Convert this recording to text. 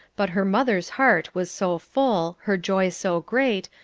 but her mother's heart was so full, her joy so great,